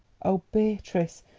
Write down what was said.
oh, beatrice,